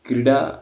क्रीडा